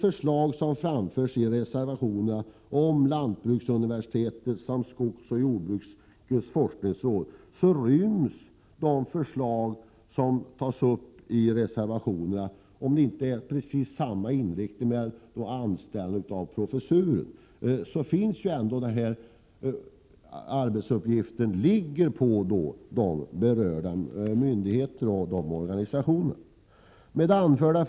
Även om professurerna beträffande lantbruksuniversitetet samt skogsoch jordbrukets forskningsråd, som tas uppi reservationerna, inte har precis samma inriktning som de tjänster som nu finns, ryms ändå arbetsuppgifterna inom de berörda myndigheterna och organisationerna. Fru talman!